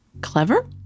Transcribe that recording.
Clever